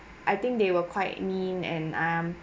I think they were quite mean and um